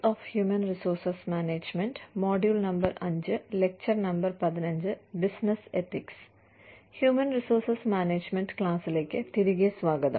human resource management ക്ലാസിലേക്ക് തിരികെ സ്വാഗതം